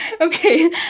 okay